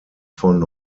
von